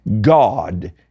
God